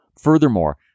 Furthermore